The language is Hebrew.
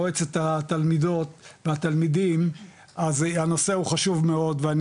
נציגה של מועצת התלמידים אז הנושא הוא חשוב מאוד ואני